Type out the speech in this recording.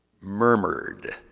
Murmured